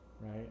Right